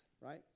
right